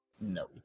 No